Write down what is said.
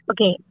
Okay